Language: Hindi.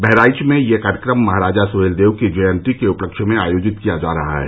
बहराइच में यह कार्यक्रम महाराजा सुहेलदेव की जयंती के उपलक्ष्य में आयोजित किया जा रहा है